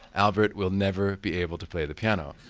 albert will never be able to play the piano.